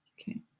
Okay